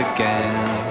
Again